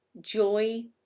joy